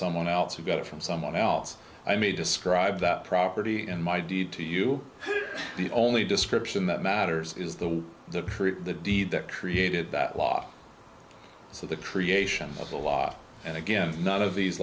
someone else who got it from someone else i may describe that property in my deed to you the only description that matters is the way to prove the deed that created that law so the creation of the law and again none of these